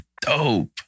Dope